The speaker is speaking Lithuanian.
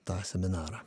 tą seminarą